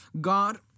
God